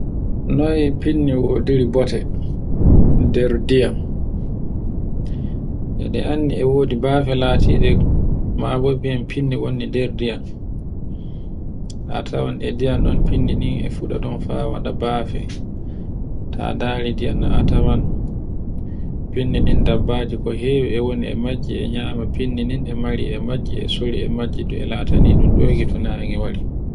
Noy finni wodiri bote ndr diyam. E ɗe anndi e wodi bafe latiɗe mabo ben finni wondi nder diyam. A tawan ɗe ndiyam ɗam finni ni e fuɗa non fa waɗa bafe, ta nderi ndiyam ɗan a tawan finniɗen dabbaji ko hewi e woni e majji e nyama finni ɗin e mari e majji e sori e majji to e latani ɗon e to nage wari